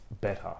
better